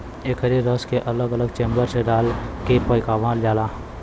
एकरे रस के अलग अलग चेम्बर मे डाल के पकावल जाला